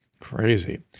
crazy